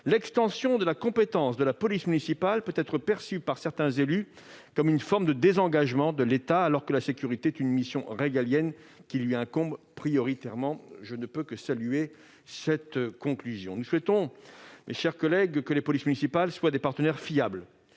[L']extension de la compétence de la police municipale peut être perçue par certains élus locaux comme une forme de désengagement de l'État, alors que la sécurité est une mission régalienne qui lui incombe prioritairement. » Je ne peux que saluer cette conclusion. Nous souhaitons, mes chers collègues, que les polices municipales soient des partenaires fiables